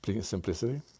simplicity